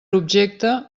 objecte